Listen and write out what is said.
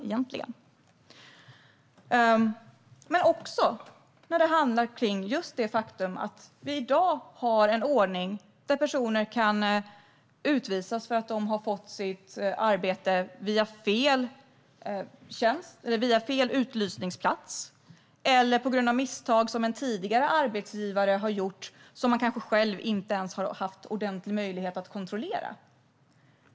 Det handlar också om just det faktum att vi i dag har en ordning där personer kan utvisas för att de har fått sitt arbete via fel utlysningsplats eller på grund av misstag som en tidigare arbetsgivare har gjort och som man kanske själv inte ens har haft ordentlig möjlighet att kontrollera.